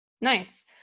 Nice